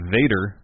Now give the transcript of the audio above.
Vader